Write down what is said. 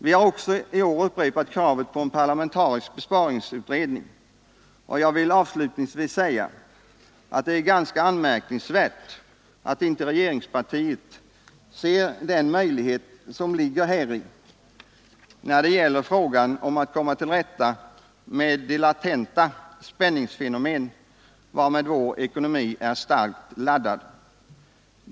Vi har också i år upprepat kravet på en parlamentarisk besparingsutredning, och jag vill avslutningsvis säga att det är ganska anmärkningsvärt att inte regeringspartiet ser den möjlighet som ligger häri när det gäller frågan om att komma till rätta med de latenta spänningsfenomen varmed vår ekonomi är starkt laddad.